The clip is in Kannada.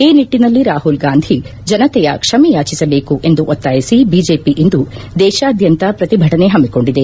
ಈ ನಿಟ್ಟನಲ್ಲಿ ರಾಹುಲ್ಗಾಂಧಿ ಜನತೆಯ ಕ್ಷಮೆ ಯಾಚಿಸಬೇಕು ಎಂದು ಒತ್ತಾಯಿಸಿ ಬಿಜೆಪಿ ಇಂದು ದೇಶಾದ್ಯಂತ ಪ್ರತಿಭಟನೆ ಹಮ್ನಿಕೊಂಡಿದೆ